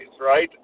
right